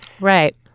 right